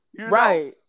Right